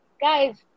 Guys